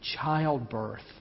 childbirth